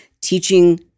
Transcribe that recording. teaching